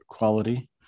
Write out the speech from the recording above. Quality